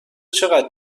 چقدر